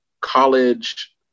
college